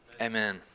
amen